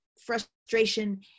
frustration